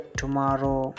tomorrow